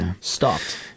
stopped